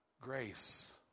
grace